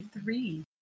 Three